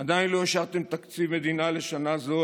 עדיין לא אישרתם את תקציב המדינה לשנה זו,